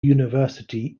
university